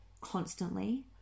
constantly